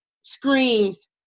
screams